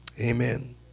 Amen